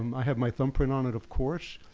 i have my thumbprint on it, of course.